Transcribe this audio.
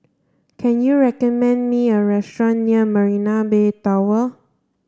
can you recommend me a restaurant near Marina Bay Tower